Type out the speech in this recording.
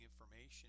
information